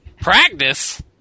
Practice